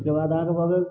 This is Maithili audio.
ओहिकेबाद अहाँके भऽ गेल